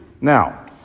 Now